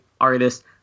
artist